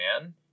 man